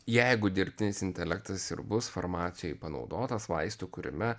jeigu dirbtinis intelektas ir bus farmacijoj panaudotas vaistų kūrime